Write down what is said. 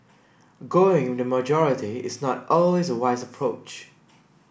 going with the majority is not always a wise approach